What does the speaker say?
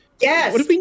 Yes